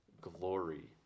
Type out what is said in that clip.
glory